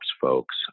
folks